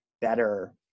better